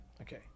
okay